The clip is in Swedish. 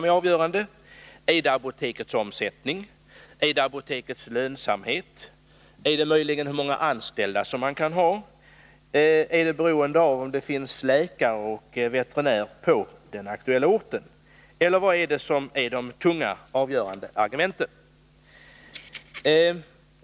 Är det apotekets omsättning eller lönsamhet? Eller är det möjligen antalet anställda? Är besluten när det gäller apotek beroende av om det finns läkare och veterinär på den aktuella orten? Vilka är de tunga, avgörande argumenten?